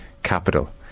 capital